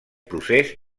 procés